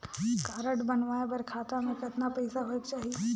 Card बनवाय बर खाता मे कतना पईसा होएक चाही?